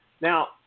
Now